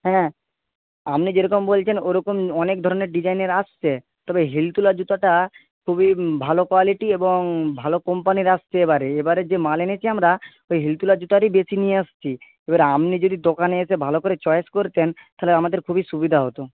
হ্যাঁ আপনি যেরকম বলছেন ওরকম অনেক ধরনের ডিজাইনের এসেছে তবে হিল তোলা জুতোটা খুবই ভালো কোয়ালিটি এবং ভালো কোম্পানির এসেছে এবারে এবারে যে মাল এনেছি আমরা ওই হিল তোলা জুতোরই বেশি নিয়ে এসেছি এবার আপনি যদি দোকানে এসে ভালো করে চয়েস করতেন তাহলে আমাদের খুবই সুবিধা হতো